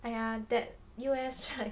!aiya! that U_S right